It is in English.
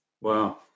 Wow